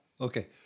Okay